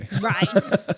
Right